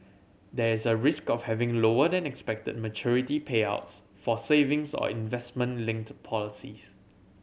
there is a risk of having lower than expected maturity payouts for savings or investment linked policies